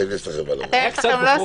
"תם הטקס"?